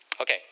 Okay